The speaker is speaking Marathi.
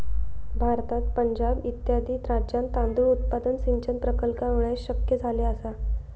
भारतात पंजाब इत्यादी राज्यांत तांदूळ उत्पादन सिंचन प्रकल्पांमुळे शक्य झाले आसा